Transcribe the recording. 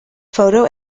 photo